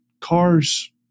cars